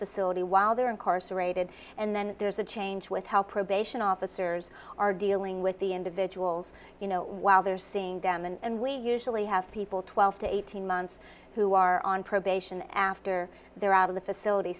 facility while they're incarcerated and then there's a change with how probation officers are dealing with the individuals you know while they're seeing them and we usually have people twelve to eighteen months who are on probation after they're out of the facility